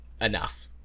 enough